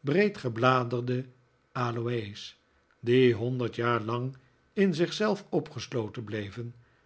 breedgebladerde aloe's die honderd jaar lang in zich zelf opgesloten bleven